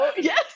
Yes